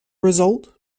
result